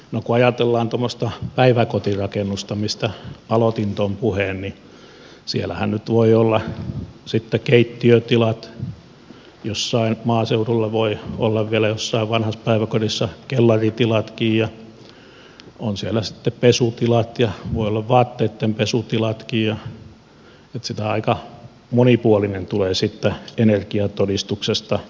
kun ajatellaan tuommoista päiväkotirakennusta mistä aloitin puheen niin siellähän nyt voi olla sitten keittiötilat jossain maaseudulla voi olla vielä jossain vanhassa päiväkodissa kellaritilatkin ja on siellä pesutilat ja voi olla vaatteidenpesutilatkin niin että aika monipuolinen tulee siitä energiatodistuksesta